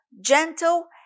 gentle